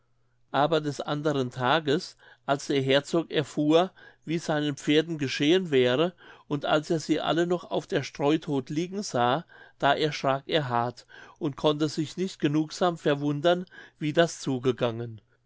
aber des anderen tages als der herzog erfuhr wie seinen pferden geschehen wäre und als er sie alle noch auf der streu todt liegen sah da erschrak er hart und konnte sich nicht genugsam verwundern wie das zugegangen